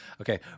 Okay